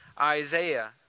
Isaiah